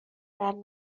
درد